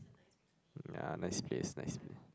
yeah nice place nice place